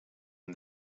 and